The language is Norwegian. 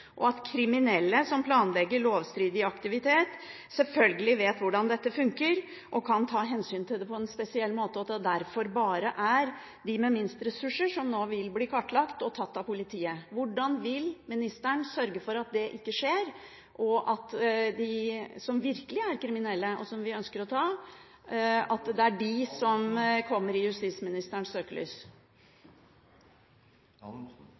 at kriminelle som planlegger lovstridig aktivitet, selvfølgelig vet hvordan dette funker og kan ta hensyn til det på en spesiell måte, og at det derfor bare er dem med minst ressurser som nå vil bli kartlagt og tatt av politiet. Hvordan vil ministeren sørge for at det ikke skjer, og at det er de som virkelig er kriminelle, og som vi ønsker å ta, som kommer i justisministerens søkelys? Jeg må si at jeg i